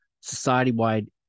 society-wide